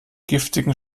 giftigen